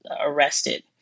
arrested